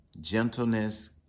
gentleness